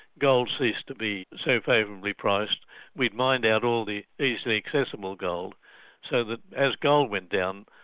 gold ceased to be so favourably priced we'd mined out all the easily accessible gold so that as gold went down,